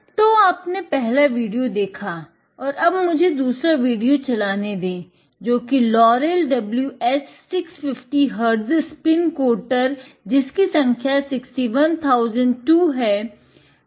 तो आपने पहला विडियो देखा और अब मुझे दूसरा विडियो चलाने दे जो कि Laurell W S 650 HZ spin coater जिसकी संख्या 61002 है